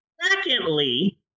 Secondly